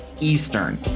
Eastern